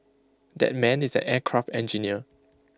that man is an aircraft engineer